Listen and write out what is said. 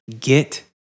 Get